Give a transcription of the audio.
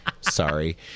sorry